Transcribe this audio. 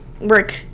Work